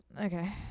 Okay